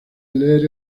leer